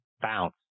bounce